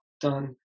done